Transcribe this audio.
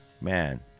Man